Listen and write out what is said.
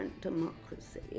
democracy